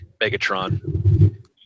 Megatron